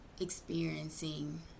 experiencing